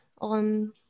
on